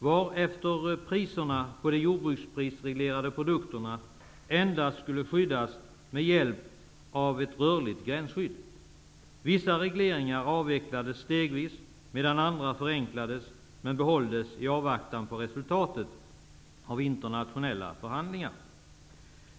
Därefter skulle priserna på de jordbruksprisreglerade produkterna endast skyddas med hjälp av ett rörligt gränsskydd. Vissa regleringar avvecklades stegvis medan andra förenklades men behålldes i avvaktan på resultatet av internationella förhandlingar.